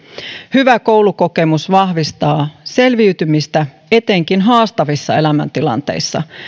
hyvä koulukokemus vahvistaa selviytymistä etenkin haastavissa elämäntilanteissa